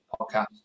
podcast